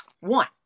One